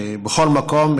ובכל מקום,